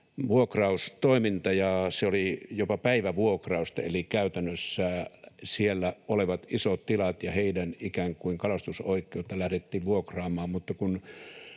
vuokraustoiminta, ja se oli jopa päivävuokrausta, eli käytännössä siellä olevat isot tilat ja heidän ikään kuin kalastusoikeuttaan lähdettiin vuokraamaan.